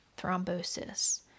thrombosis